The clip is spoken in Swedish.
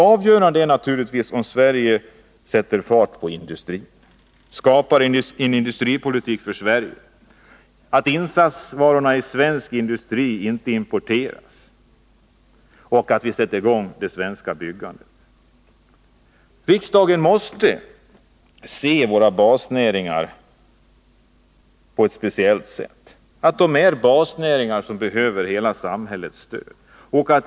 Avgörande är naturligtvis att Sverige sätter fart på industrin. Det måste skapas en industripolitik för Sverige. Insatsvarorna i svensk industri bör inte importeras, och det svenska byggandet måste sättas i gång. Riksdagen måste se våra basnäringar på ett speciellt sätt: de är basnäringar som behöver hela samhällets stöd.